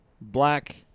black